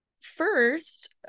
first